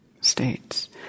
states